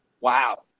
wow